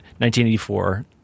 1984